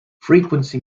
frequency